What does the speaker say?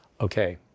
okay